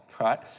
right